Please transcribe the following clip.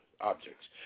objects